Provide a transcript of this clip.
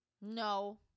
No